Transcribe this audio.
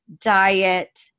diet